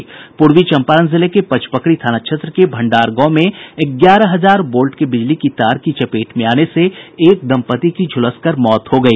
पूर्वी चंपारण जिले में पचपकड़ी थाना क्षेत्र के भंडार गांव में ग्यारह हजार वोल्ट के बिजली की तार के चपेट में आने से एक दम्पति की झुलसकर मौत हो गई